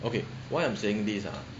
okay why I'm saying this ah